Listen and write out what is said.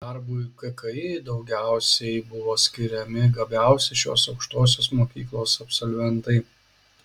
darbui kki daugiausiai buvo skiriami gabiausi šios aukštosios mokyklos absolventai